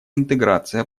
интеграция